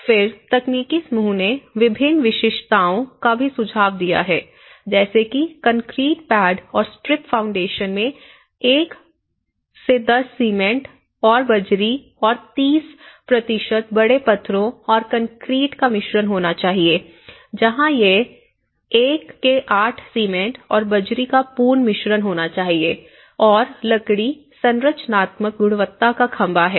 फिर तकनीकी समूह ने विभिन्न विशिष्टताओं का भी सुझाव दिया है जैसे कि कंक्रीट पैड और स्ट्रिप फ़ाउंडेशन में 110 सीमेंट बजरी 30 बड़े पत्थरों और कंक्रीट का मिश्रण होना चाहिए जहां यह 1 8 सीमेंट और बजरी का पूर्ण मिश्रण होना चाहिए और लकड़ी संरचनात्मक गुणवत्ता का खंभा है